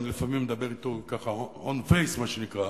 אני לפעמים מדבר אתו ככה on face מה שנקרא,